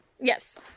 Yes